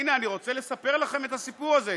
הינה, אני רוצה לספר לכם את הסיפור הזה,